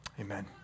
Amen